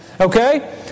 Okay